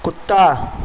کتا